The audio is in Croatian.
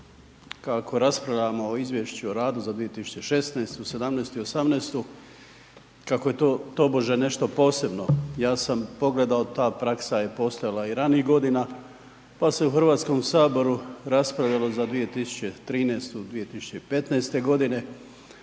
kako raspravljamo o Izvješću o radu za 2016., 2017. i 2018.-tu, kako je to tobože nešto posebno, ja sam pogledao, ta praksa je postojala i ranijih godina, pa se u Hrvatskom saboru raspravljalo za 2013.-tu 2015.-te godine,